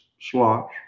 slots